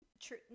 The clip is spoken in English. true